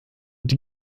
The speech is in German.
die